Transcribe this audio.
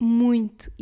muito